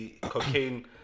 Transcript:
Cocaine